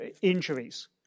injuries